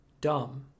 Dumb